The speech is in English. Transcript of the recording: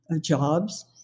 jobs